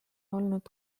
olnud